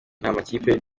amakipe